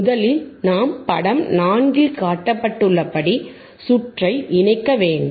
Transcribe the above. முதலில் நாம் படம் 4 இல் காட்டப்பட்டுள்ளபடி சுற்றை இணைக்க வேண்டும்